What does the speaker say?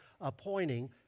appointing